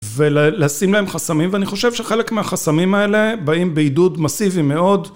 ולשים להם חסמים, ואני חושב שחלק מהחסמים האלה באים בעידוד מאסיבי מאוד.